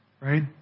Right